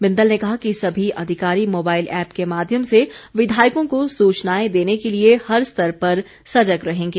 बिंदल ने कहा कि सभी अधिकारी मोबाईल ऐप्प के माध्यम से विधायकों को सूचनाएं देने के लिए हर स्तर पर सजग रहेंगे